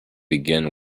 begin